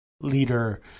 leader